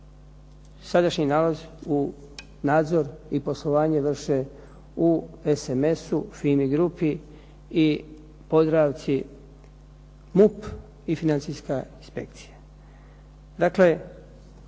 sadašnji nalaz u nadzor i poslovanje vrše u "SMS-u" "FIMI grupi" i "Podravci" MUP i Financijska inspekcija.